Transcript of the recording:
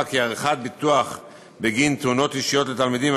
כי עריכת ביטוח בגין תאונות אישיות לתלמידים,